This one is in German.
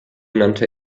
nannte